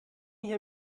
hier